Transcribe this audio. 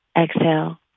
Exhale